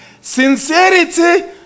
Sincerity